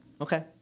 Okay